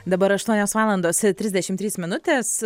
dabar aštuonios valandos trisdešimt trys minutės